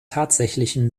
tatsächlichen